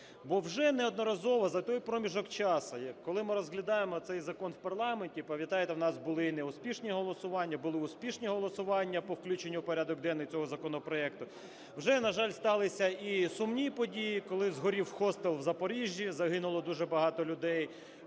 Бо вже неодноразово за той проміжок часу, коли ми розглядаємо цей закон в парламенті, пам'ятаєте, у нас були і неуспішні голосування, були успішні голосування по включенню в порядок денний цього законопроекту, вже, на жаль, сталися і сумні події. Коли згорів хостел в Запоріжжі, загинуло дуже багато людей.